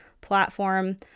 platform